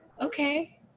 okay